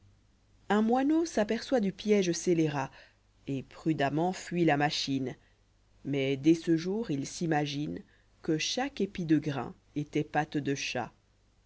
un moineau s'aperçoit du piège scélérat et prudemment fuit la malchine mais dès ce jour il s imagirie que chaque épi de grain étoit patte de chat